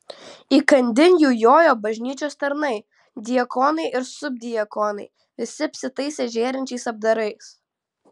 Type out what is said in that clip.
įkandin jų jojo bažnyčios tarnai diakonai ir subdiakonai visi apsitaisę žėrinčiais apdarais